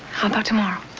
how about tomorrow?